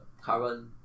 current